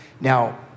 Now